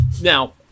Now